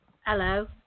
Hello